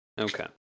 Okay